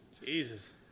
Jesus